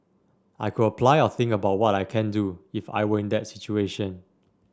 I could apply or think about what I can do if I were in that situation